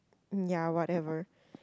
ya whatever